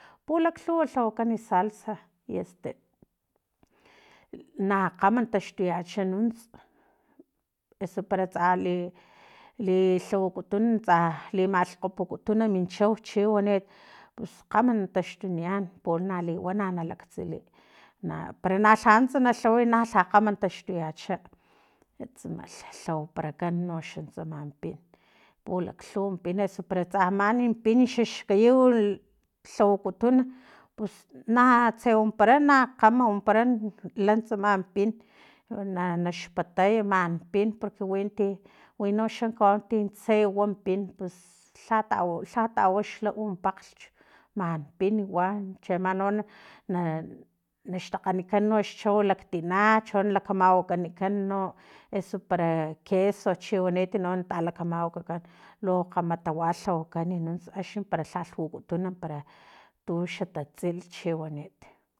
Pulaklhuwa lhawakan salsa i este na kgama taxtuyacha nunts eso para tsa li li lhawakutun tsa limalhkgoputun min chau chiwanit pus kgama na taxtuniyan pero liwana na laktsiliy na para lha nuntsa na lhaway na lha kgama taxtuyacha tsamalh lhawaparakan noxa tsama pin pulaklhuw pin eso para tsa mani pin xax kayiw lhawakutun pus na tse wampara na kgam wampara lan tsama pin na naxpatay man pin porque wi ti winoxa kawau tse wan pin pus lha tawa lha tawa u pakglhch man pin wa cheama no na naxtakganikan no xchau laktina cho nalakamanuy na mawakanikan eso para queso chiwanit no na tamawakakan lu kgama tawa lhawakan nuntsa axni para lhalh wakutun no para tuxa tatsil chiwanit